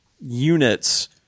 units